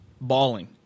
Bawling